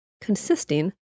consisting